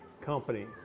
company